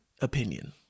opinion